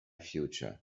future